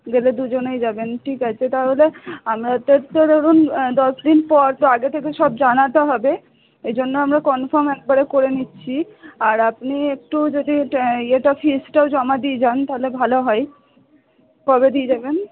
গেলে দুজনেই যাবেন ঠিক আছে তাহলে তো আর তো ধরুন দশ দিন পর তো আগে থেকে সব জানাতে হবে এইজন্য আমরা কনফার্ম একবারে করে নিচ্ছি আর আপনি একটু যদি ইয়েটা ফিজটাও জমা দিয়ে যান তাহলে ভালো হয় কবে দিয়ে যাবেন